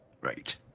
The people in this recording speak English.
right